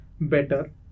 better